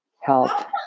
help